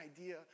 idea